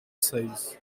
size